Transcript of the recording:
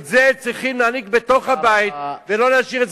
את זה צריכים להעניק בתוך הבית ולא להשאיר,